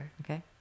Okay